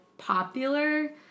popular